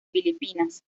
filipinas